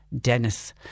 Dennis